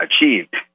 achieved